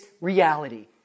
reality